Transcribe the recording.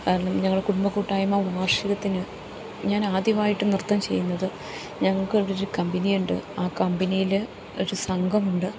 കാരണം ഞങ്ങൾ കുടുംബ കൂട്ടായ്മ വാർഷികത്തിനു ഞാൻ ആദ്യമായിട്ട് നൃത്തം ചെയ്യുന്നത് ഞങ്ങൾക്കിവിടൊരു കമ്പനിയുണ്ട് ആ കമ്പനിയിൽ ഒരു സംഘമുണ്ട്